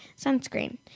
sunscreen